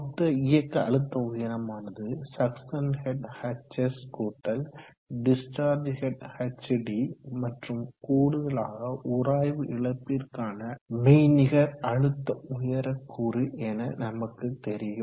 மொத்த இயக்க அழுத்த உயரமானது சக்சன் ஹெட் hs கூட்டல் டிஸ்சார்ஜ் ஹெட் hd மற்றும் கூடுதலாக உராய்வு இழப்பிற்கான மெய்நிகர் அழுத்த உயரக் கூறு என நமக்கு தெரியும்